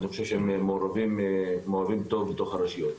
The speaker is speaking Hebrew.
ואני חושב שהם מעורבים טוב בתוך הרשויות.